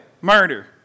Murder